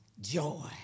joy